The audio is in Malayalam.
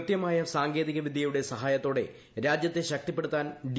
കൃത്യമായ സാങ്കേതികവിദ്യയുടെ സഹായത്തോടെ രാജ്യത്തെ ശക്തിപ്പെടുത്താൻ ഡി